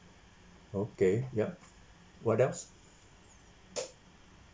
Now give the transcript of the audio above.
okay yup what else